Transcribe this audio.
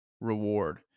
reward